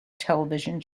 television